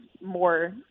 more